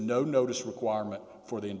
no notice requirement for the